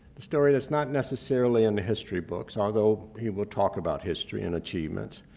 the story is not necessarily in the history books, although he will talk about history and achievements,